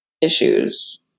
issues